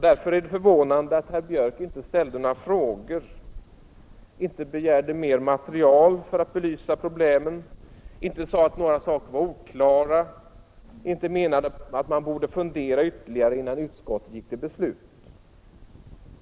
Därför är det förvånande att herr Björck inte ställde några frågor och inte begärde mer material för att belysa problemen. Han sade inte att några saker var oklara och menade inte att man borde fundera ytterligare innan man gick till beslut.